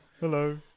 Hello